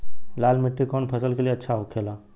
लाल मिट्टी कौन फसल के लिए अच्छा होखे ला?